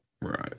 Right